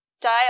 dial